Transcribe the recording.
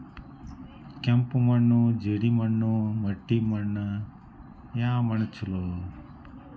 ಕೆಂಪು ಮಣ್ಣು, ಜೇಡಿ ಮಣ್ಣು, ಮಟ್ಟಿ ಮಣ್ಣ ಯಾವ ಮಣ್ಣ ಛಲೋ?